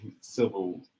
civil